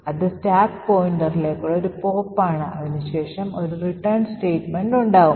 അത് സ്റ്റാക്ക് പോയിന്ററിലേക്കുള്ള ഒരു പോപ്പ് ആണ് അതിനുശേഷം ഒരു return statement ഉണ്ടാകും